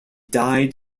died